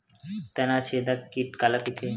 तनाछेदक कीट काला कइथे?